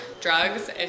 drugs